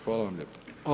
Hvala vam lijepo.